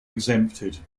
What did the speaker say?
exempted